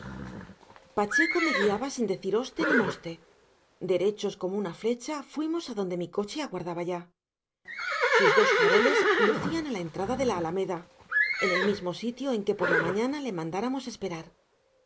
pacheco me guiaba sin decir oste ni moste derechos como una flecha fuimos adonde mi coche aguardaba ya sus dos faroles lucían a la entrada de la alameda en el mismo sitio en que por la mañana le mandáramos esperar